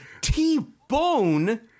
T-Bone